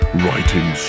writing